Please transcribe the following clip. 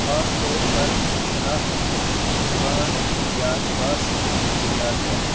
خاص طور پر شناخت زبان یا لباس کی بنیاد پر